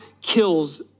kills